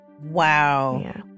Wow